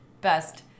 best